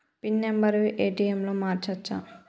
Pin number ATM లో మార్చచ్చా?